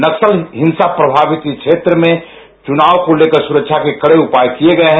नक्सल हिंसा प्रभावित इस क्षेत्र में चुनाव को लेकर सुरक्षा के कडे उपाय किये गये हैं